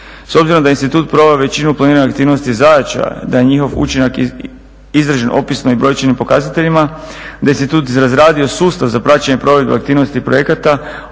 S obzirom da je institut proveo većinu planiranih aktivnosti i zadaća, da je njihov učinak izražen opisno i brojčanim pokazateljima, da je institut razradio sustav za praćenje provedbe aktivnosti projekata,